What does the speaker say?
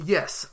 Yes